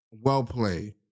well-played